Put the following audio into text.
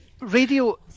radio